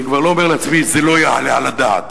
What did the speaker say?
כבר לא אומר לעצמי: זה לא יעלה על הדעת.